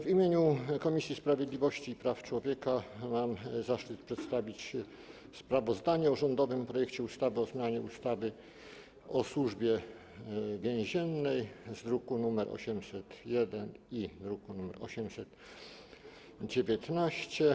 W imieniu Komisji Sprawiedliwości i Praw Człowieka mam zaszczyt przedstawić sprawozdanie o rządowym projekcie ustawy o zmianie ustawy o Służbie Więziennej, druki nr 801 i 819.